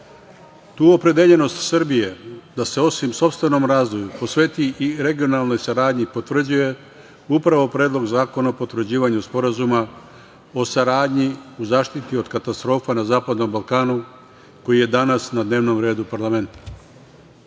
EU.Tu opredeljenost Srbije da se, osim sopstvenom razvoju, posveti i regionalnoj saradnji potvrđuje upravo Predlog zakona o potvrđivanju Sporazuma o saradnji u zaštiti od katastrofa na zapadnom Balkanu koji je danas na dnevnom redu parlamenta.